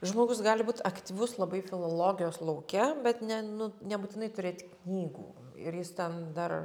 žmogus gali būt aktyvus labai filologijos lauke bet ne nu nebūtinai turėt knygų ir jis ten dar